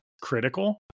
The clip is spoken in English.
critical